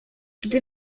gdy